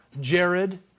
Jared